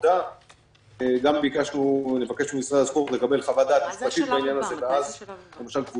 הווטסאפים זרמו ישירות לעיתונאים, ובשלב